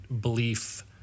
belief